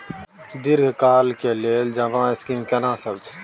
दीर्घ काल के लेल जमा स्कीम केना सब छै?